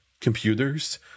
computers